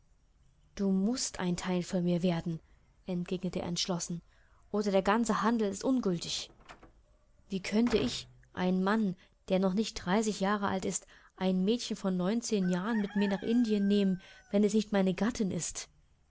du mußt ein teil von mir werden entgegnete er entschlossen oder der ganze handel ist ungiltig wie könnte ich ein mann der noch nicht dreißig jahre alt ist ein mädchen von neunzehn jahren mit mir nach indien nehmen wenn es nicht meine gattin ist